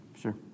Sure